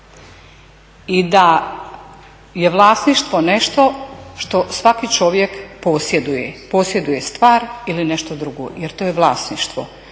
i da je vlasništvo nešto što svaki čovjek posjeduje, posjeduje stvar ili nešto drugo jer to je vlasništvo.